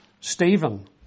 Stephen